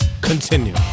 Continue